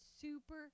super